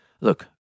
look